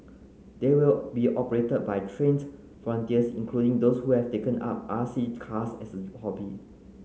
they will be operated by trained volunteers including those who have taken up R C cars as a hobby